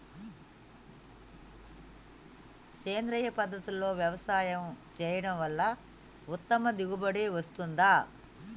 సేంద్రీయ పద్ధతుల్లో వ్యవసాయం చేయడం వల్ల ఉత్తమ దిగుబడి వస్తుందా?